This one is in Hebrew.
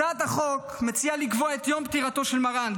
הצעת החוק מציעה לקבוע את יום פטירתו של מרן,